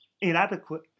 inadequate